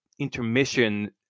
intermission